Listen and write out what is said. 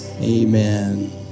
Amen